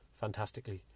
fantastically